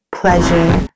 pleasure